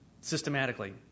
systematically